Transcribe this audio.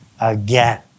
again